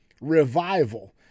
revival